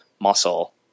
muscle